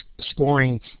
scoring